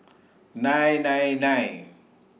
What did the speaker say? nine nine nine